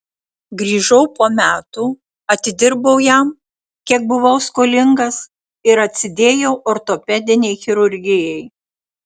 grįžau po metų atidirbau jam kiek buvau skolingas ir atsidėjau ortopedinei chirurgijai